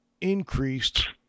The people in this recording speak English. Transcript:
increased